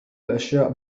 الأشياء